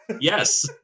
Yes